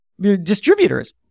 distributors